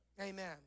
Amen